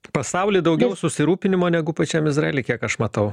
pasauly daugiau susirūpinimo negu pačiam izraely kiek aš matau